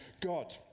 God